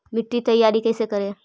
मिट्टी तैयारी कैसे करें?